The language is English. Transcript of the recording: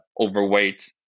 overweight –